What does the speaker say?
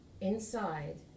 Inside